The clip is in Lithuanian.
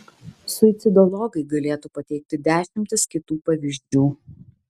suicidologai galėtų pateikti dešimtis kitų pavyzdžių